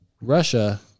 Russia